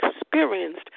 experienced